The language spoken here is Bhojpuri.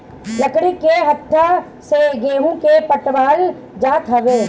लकड़ी के हत्था से गेंहू के पटावल जात हवे